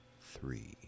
three